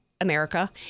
America